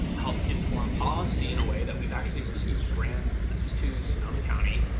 help inform policy in a way that we've actually received grants and so to sonoma county,